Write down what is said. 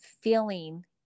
feeling